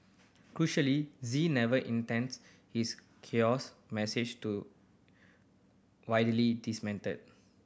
crucially Z never intends his hoax message to widely disseminated